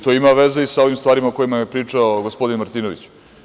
To ima veze i sa ovim stvarima o kojima je pričao gospodin Martinović.